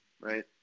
right